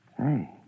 Hey